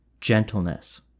gentleness